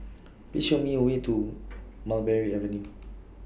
Please Show Me The Way to Mulberry Avenue